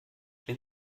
wenn